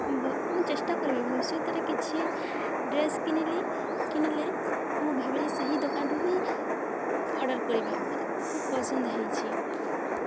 ମୁଁ ଚେଷ୍ଟା କରିବି ଭବିଷ୍ୟତରେ କିଛି ଡ୍ରେସ୍ କିଣିଲି କିଣିଲେ ମୁଁ ଭାବିଲି ସେହି ଦୋକାନଠୁ ହିଁ ଅର୍ଡ଼ର କରିବି ମୋତେ ଖୁବ ପସନ୍ଦ ହେଇଛି